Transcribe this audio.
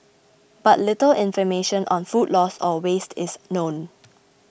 but little information on food loss or waste is known